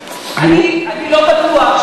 אני לא בטוח,